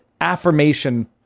affirmation